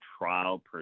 trial